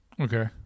Okay